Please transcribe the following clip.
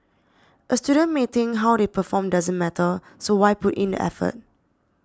a student may think how they perform doesn't matter so why put in the effort